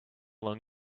long